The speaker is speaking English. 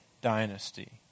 dynasty